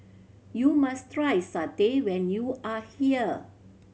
you must try satay when you are here